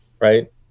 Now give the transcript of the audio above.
Right